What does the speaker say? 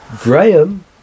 Graham